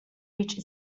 reached